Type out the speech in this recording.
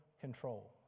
control